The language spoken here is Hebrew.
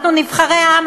אנחנו נבחרי העם.